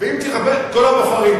כל הבוחרים.